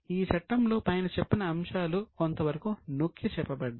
ఈ చట్టంలో పైన చెప్పిన అంశాలు కొంతవరకు నొక్కిచెప్పబడ్డాయి